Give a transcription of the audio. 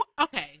okay